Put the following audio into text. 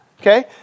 Okay